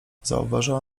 zauważyła